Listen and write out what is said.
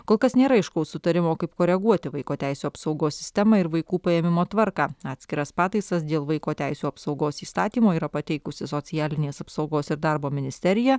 kol kas nėra aiškaus sutarimo kaip koreguoti vaiko teisių apsaugos sistemą ir vaikų paėmimo tvarką atskiras pataisas dėl vaiko teisių apsaugos įstatymo yra pateikusi socialinės apsaugos ir darbo ministerija